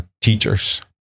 teachers